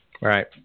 Right